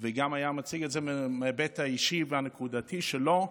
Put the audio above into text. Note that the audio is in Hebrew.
וגם היה מציג את זה מההיבט האישי והנקודתי שלו,